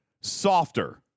softer